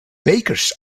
bakers